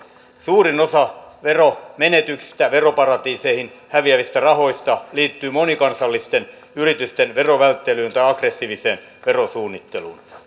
suurin osa veromenetyksistä ja veroparatiiseihin häviävistä rahoista liittyy monikansallisten yritysten verovälttelyyn tai aggressiiviseen verosuunnitteluun